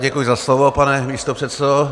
Děkuji za slovo, pane místopředsedo.